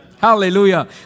Hallelujah